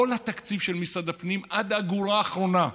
כל התקציב של משרד הפנים, עד האגורה האחרונה,